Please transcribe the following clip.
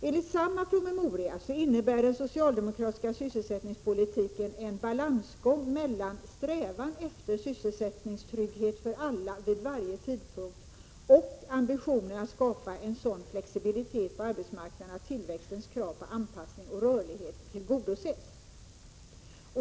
Enligt samma promemoria innebär den socialdemokratiska sysselsättningspolitiken ”en balansgång mellan strävan efter sysselsättningstrygghet för alla vid varje tidpunkt, och ambitionen att skapa en sådan flexibilitet på arbetsmarknaden att tillväxtens krav på anpassning och rörlighet tillgodoses”.